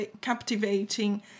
captivating